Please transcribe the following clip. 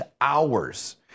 hours